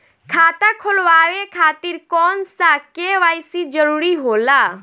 खाता खोलवाये खातिर कौन सा के.वाइ.सी जरूरी होला?